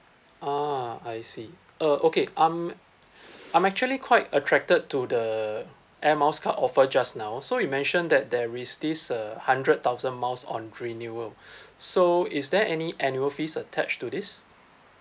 ah I see err okay I'm I'm actually quite attracted to the air miles card offer just now so you mentioned that there is this uh hundred thousand miles on renewal so is there any annual fees attached to this